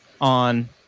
on